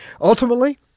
Ultimately